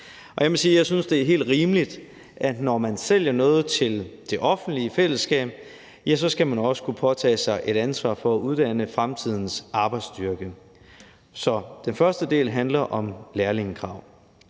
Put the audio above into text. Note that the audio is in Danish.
jeg synes, det er helt rimeligt, at når man sælger noget til det offentlige fællesskab, ja, så skal man også kunne påtage sig et ansvar for at uddanne fremtidens arbejdsstyrke. Så den første del handler om lærlingekrav.